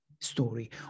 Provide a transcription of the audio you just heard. story